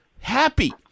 happy